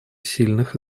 сильных